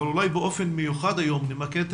אבל אולי באופן מיוחד היום נמקד את